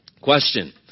Question